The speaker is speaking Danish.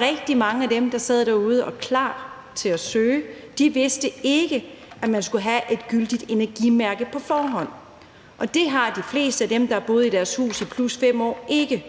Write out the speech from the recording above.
rigtig mange af dem, der sad derude og var klar til at søge, som ikke vidste, at man skulle have et gyldigt energimærke på forhånd. Det har de fleste af dem, der har boet i deres hus i over 5 år, ikke,